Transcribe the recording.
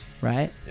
Right